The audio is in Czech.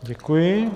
Děkuji.